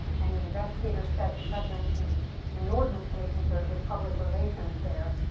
and the investigators said the president seemed inordinately concerned with public relations there.